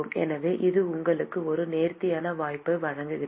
எனவே இது உங்களுக்கு ஒரு நேர்த்தியான வாய்ப்பை வழங்குகிறது